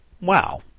Wow